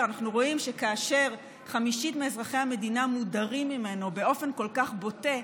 אנחנו רואים שכאשר חמישית מאזרחי המדינה מודרים ממנו באופן כל כך בוטה,